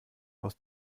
aus